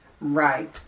Right